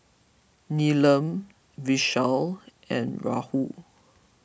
Neelam Vishal and Rahul